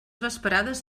vesprades